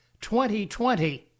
2020